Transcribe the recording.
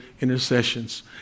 intercessions